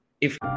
if-